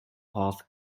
path